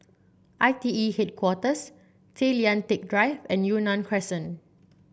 I T E Headquarters Tay Lian Teck Drive and Yunnan Crescent